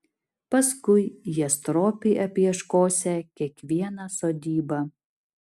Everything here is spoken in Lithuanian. paskui jie stropiai apieškosią kiekvieną sodybą